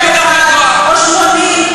את יכולה לעזוב.